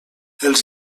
els